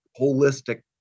holistic